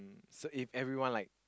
so if everyone like